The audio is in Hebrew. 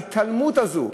ההתעלמות הזו,